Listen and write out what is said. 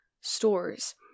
stores